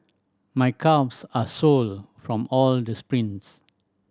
my calves are sore from all the sprints